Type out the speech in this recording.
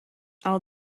all